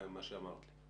מה שאמרת לי.